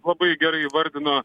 labai gerai įvardino